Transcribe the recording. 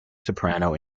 soprano